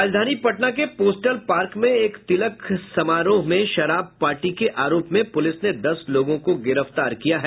राजधानी पटना के postal park में एक तिलक समारोह में शराब पार्टी के आरोप में पुलिस ने दस लोगों को गिरफ्तार किया है